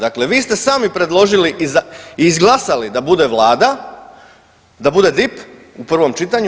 Dakle, vi ste sami predložili i izglasali da bude Vlada, da bude DIP u prvom čitanju.